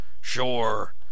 Sure